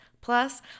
Plus